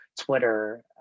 Twitter